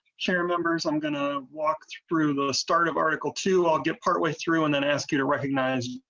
sure members i'm gonna walked through the start of article two on your part way through and then ask you to recognize.